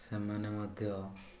ସେମାନେ ମଧ୍ୟ